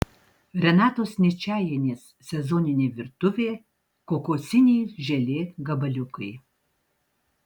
renatos ničajienės sezoninė virtuvė kokosiniai želė gabaliukai